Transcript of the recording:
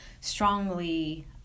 strongly